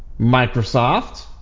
microsoft